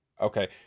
Okay